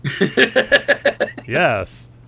Yes